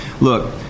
Look